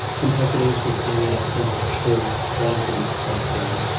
compared to those who are playing out of a sense of choice, wanting to play a game.